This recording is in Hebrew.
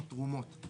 או תרומות,